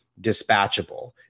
dispatchable